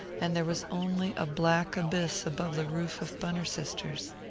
and there was only a black abyss above the roof of bunner sisters.